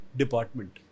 department